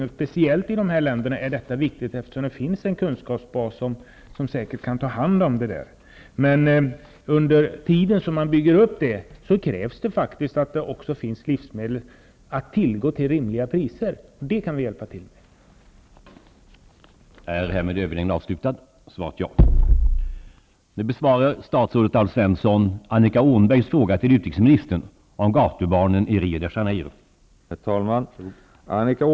Det är speciellt viktigt i dessa länder, eftersom det finns en kunskapsbas som gör att man säkert kan ta hand om den kunskap som överförs. Under tiden man bygger upp detta krävs att det finns livsmedel till rimliga priser att tillgå. Det kan vi hjälpa till med.